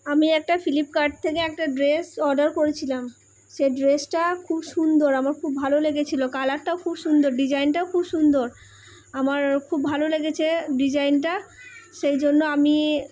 আমি একটা ফ্লিপকার্ট থেকে একটা ড্রেস অর্ডার করেছিলাম সে ড্রেসটা খুব সুন্দর আমার খুব ভালো লেগেছিলো কালারটাও খুব সুন্দর ডিজাইনটাও খুব সুন্দর আমার খুব ভালো লেগেছে ডিজাইনটা সেই জন্য আমি